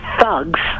thugs